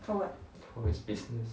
for what